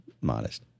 modest